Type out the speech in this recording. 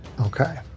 Okay